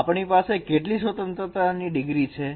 અને આપણી પાસે કેટલી સ્વતંત્રતાની ડિગ્રી છે